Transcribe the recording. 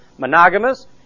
Monogamous